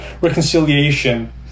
reconciliation